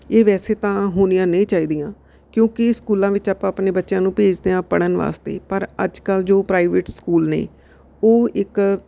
ਇਹ ਵੈਸੇ ਤਾਂ ਹੋਣੀਆਂ ਨਹੀਂ ਚਾਹੀਦੀਆਂ ਕਿਉਂਕਿ ਸਕੂਲਾਂ ਵਿੱਚ ਆਪਾਂ ਆਪਣੇ ਬੱਚਿਆਂ ਨੂੰ ਭੇਜਦੇ ਹਾਂ ਪੜ੍ਹਨ ਵਾਸਤੇ ਪਰ ਅੱਜ ਕੱਲ੍ਹ ਜੋ ਪ੍ਰਾਈਵੇਟ ਸਕੂਲ ਨੇ ਉਹ ਇੱਕ